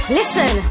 listen